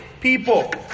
people